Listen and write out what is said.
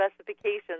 specifications